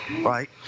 right